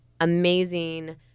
amazing